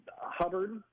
Hubbard